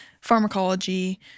pharmacology